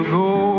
go